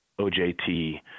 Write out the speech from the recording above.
OJT